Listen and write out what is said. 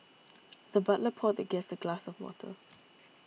the butler poured the guest a glass of water